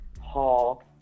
Hall